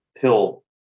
pill